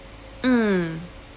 mm